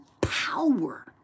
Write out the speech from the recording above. power